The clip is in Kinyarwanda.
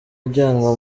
ajyanwa